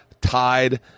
tied